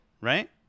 right